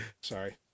Sorry